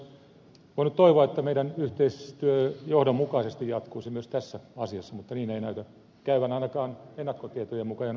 tietenkin olisi voinut toivoa että meidän yhteistyömme johdonmukaisesti jatkuisi myös tässä asiassa mutta niin ei näytä käyvän ainakaan ennakkotietojen mukaan ja noitten papereitten mukaan